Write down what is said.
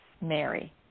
Mary